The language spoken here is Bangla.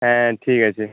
হ্যাঁ ঠিক আছে